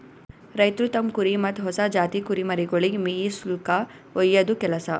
ರೈತ್ರು ತಮ್ಮ್ ಕುರಿ ಮತ್ತ್ ಹೊಸ ಜಾತಿ ಕುರಿಮರಿಗೊಳಿಗ್ ಮೇಯಿಸುಲ್ಕ ಒಯ್ಯದು ಕೆಲಸ